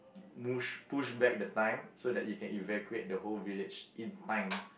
push push back the time so that you can evacuate the whole village in time